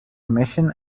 commission